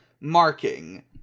marking